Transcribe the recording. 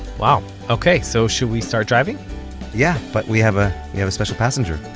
wow ok, so should we start driving yeah, but we have a we have a special passenger.